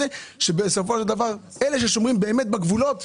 בסופו של דבר, אלה שבאמת שומרים על הגבולות